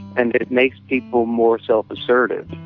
and it makes people more self-assertive.